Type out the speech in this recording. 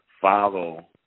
follow